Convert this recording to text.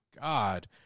God